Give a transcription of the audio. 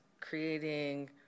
creating